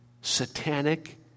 satanic